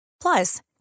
Plus